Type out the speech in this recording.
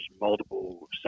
multiple